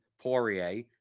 Poirier